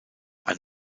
ein